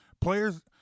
players